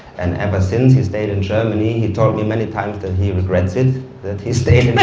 and ever since, he stayed in germany. he told me many times that he regrets it, that he stayed in but